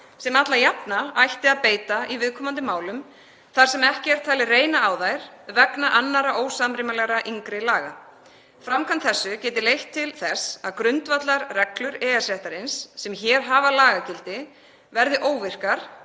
sem alla jafna ætti að beita í viðkomandi málum þar sem ekki er talið reyna á þær vegna annarra ósamrýmanlegra yngri laga. Framkvæmd þessi getur leitt til þess að grundvallarreglur EES-réttarins sem hér hafa lagagildi verði óvirkar,